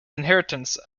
inheritance